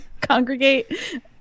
congregate